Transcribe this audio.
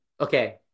okay